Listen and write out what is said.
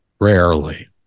Rarely